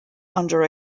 under